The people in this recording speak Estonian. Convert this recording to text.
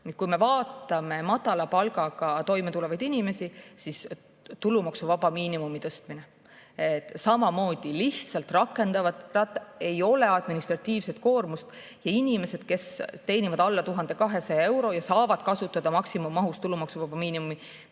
Kui me vaatame madala palgaga toime tulevaid inimesi, siis tulumaksuvaba miinimumi tõstmine on samamoodi lihtsalt rakendatav, ei ole administratiivset koormust. Inimesed, kes teenivad alla 1200 euro ja saavad kasutada maksimummahus tulumaksuvaba miinimumi,